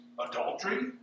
Adultery